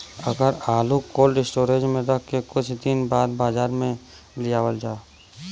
अगर आलू cold storage में रख के कुछ दिन बाद बाजार में लियावल जा?